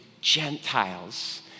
Gentiles